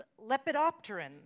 lepidopteran